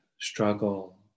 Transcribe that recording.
struggle